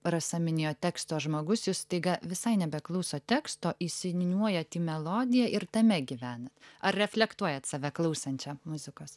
rasa minėjo teksto žmogus jūs staiga visai nebeklausot teksto įsiniūniuojat į melodiją ir tame gyvena ar reflektuojat save klausančią muzikos